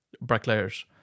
bricklayers